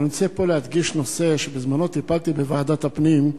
אני רוצה פה להדגיש נושא שבזמנו טיפלתי בו בוועדת הפנים.